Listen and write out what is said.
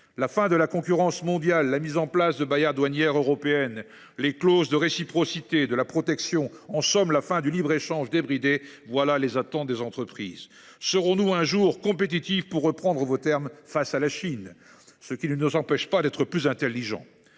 La fin de la concurrence mondiale, la mise en place de barrières douanières européennes, de clauses de réciprocité, de protections, en somme, la fin du libre échange débridé, voilà les attentes des entreprises. Serons nous un jour « compétitifs », pour reprendre vos termes, face à la Chine ? Cela ne nous empêche pas d’être plus intelligents.